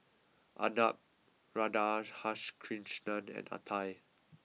Arnab Radhakrishnan and Atal